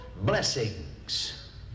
blessings